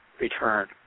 return